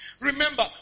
Remember